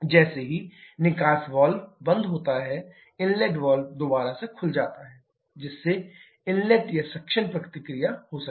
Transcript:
जैसे ही निकास वाल्व बंद होता है इनलेट वाल्व दोबारा से खुल जाता है जिससे इनलेट या सक्शन प्रक्रिया हो सके